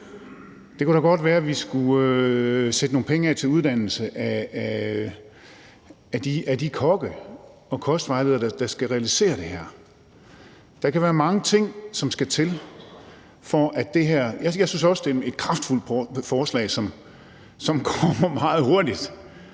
det kunne da godt være, at vi skulle sætte nogle penge af til uddannelse af de kokke og kostvejledere, der skal realisere det her. Der kan være mange ting, som skal til her, og jeg synes også, det er et kraftfuldt forslag, som kommer meget hurtigt,